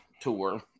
tour